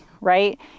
right